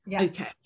Okay